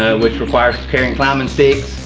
ah which requires carring climbing sticks.